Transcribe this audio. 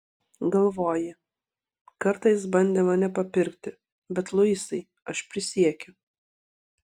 galvoji kartą jis bandė mane papirkti bet luisai aš prisiekiu